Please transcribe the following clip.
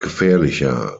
gefährlicher